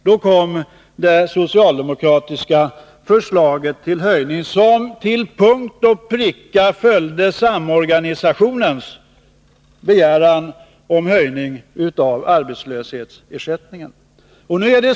Då kom det socialdemokratiska förslaget till höjning, som till punkt och pricka följde samorganisationens begäran om höjning av arbetslöshetsersättningen.